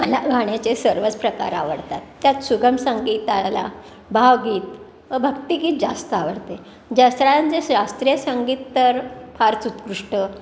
मला गाण्याचे सर्वच प्रकार आवडतात त्यात सुगम संगीताला भावगीत व भक्तिगीत जास्त आवडते जसराजांचे शास्त्रीय संगीत तर फारच उत्कृष्ट